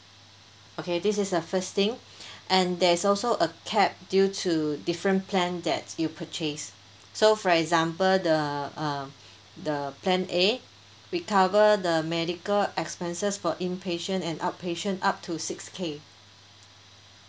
okay this is the first thing and there is also a cap due to different plan that you purchase so for example the um the plan A we cover the medical expenses for inpatient and outpatient up to six K